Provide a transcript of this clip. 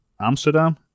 Amsterdam